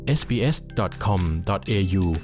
sbs.com.au